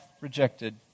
rejected